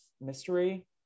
mystery